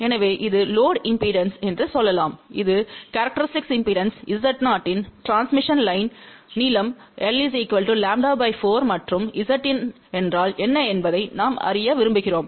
எனவே இது load impedance என்று சொல்லலாம் இது கேரக்டரிஸ்டிக் இம்பெடன்ஸ் Z0 இன் டிரான்ஸ்மிஷன் லைன் நீளம் l λ 4 மற்றும் Zin என்றால் என்ன என்பதை நாம் அறிய விரும்புகிறோம்